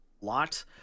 lot